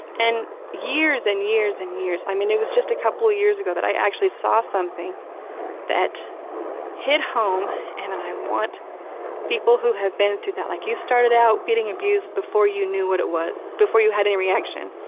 and years and years and years, i mean, it was just a couple of years ago that i actually saw something that hit home, and that i want people who have been through that like, you started out being abused before you knew what it was. before you had any reaction.